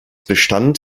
bestand